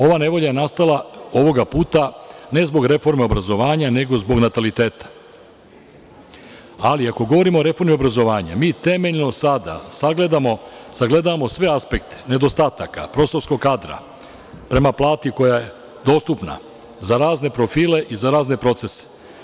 Ova nevolja je nastala ovoga puta ne zbog reforme obrazovanja nego zbog nataliteta, ali ako govorimo o reformi obrazovanja, mi temeljno, sada sagledavamo sve aspekte nedostataka, kadra, prema plati koja je dostupna za razne profile za razne procese.